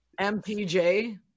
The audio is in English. mpj